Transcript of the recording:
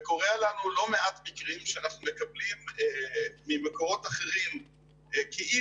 וקורה לנו לא מעט מקרים שאנחנו מקבלים ממקורות אחרים כאילו